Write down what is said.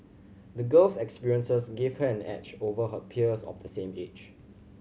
the girl's experiences gave her an edge over her peers of the same age